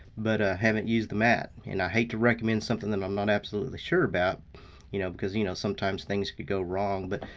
but i ah haven't used the matte. and i hate to recommend something that i'm not absolutely sure about you know because you know sometimes things could go wrong. but